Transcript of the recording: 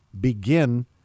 begin